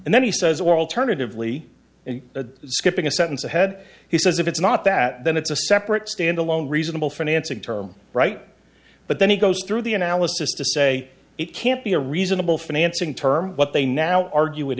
and then he says or alternatively and skipping a sentence ahead he says if it's not that then it's a separate standalone reasonable financing term right but then he goes through the analysis to say it can't be a reasonable financing term but they now argue it